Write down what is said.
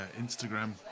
Instagram